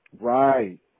Right